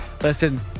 Listen